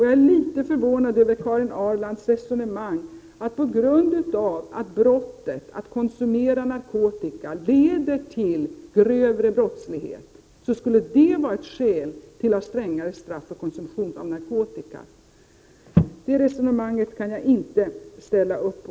Jag ärlitet förvånad över Karin Ahrlands resonemang, att det förhållandet att brottet att konsumera narkotika leder till grövre brottslighet skulle vara ett skäl till att ha strängare straff för konsumtion av narkotika. Det resonemanget kan jag inte ställa upp på.